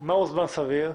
מהו זמן סביר?